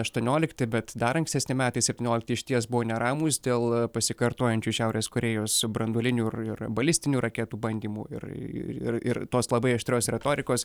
aštuoniolikti bet dar ankstesni metai septyniolikti išties buvo neramūs dėl pasikartojančių šiaurės korėjos branduolinių ir balistinių raketų bandymų ir ir tos labai aštrios retorikos